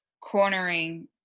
cornering